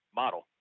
model